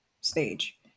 stage